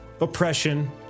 oppression